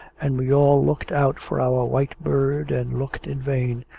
and we all looked out for our white bird and looked in vain,